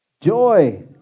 joy